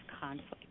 conflict